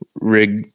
rig